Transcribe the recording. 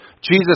Jesus